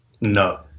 No